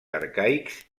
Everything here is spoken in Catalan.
arcaics